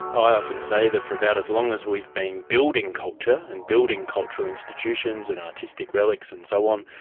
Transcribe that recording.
i often say that for about as long as we've been building culture and building cultural institutions and artistic relics and so on,